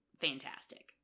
fantastic